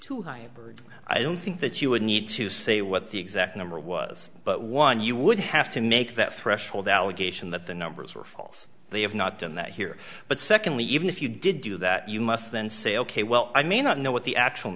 too high a bird i don't think that you would need to say what the exact number was but one you would have to make that threshold allegation that the numbers were false they have not done that here but secondly even if you did do that you must then say ok well i may not know what the actual